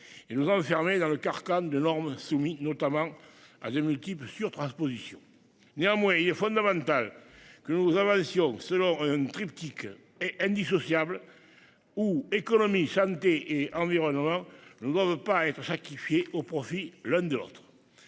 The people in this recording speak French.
et nous enfermer dans le carcan de l'soumis notamment à de multiples surtransposition. Néanmoins, il est fondamental que nous avancions selon un triptyque est indissociable. Ou, économie, santé et environnement ne doivent pas être qui fié au profit l'un de l'autre.